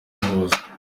muhuza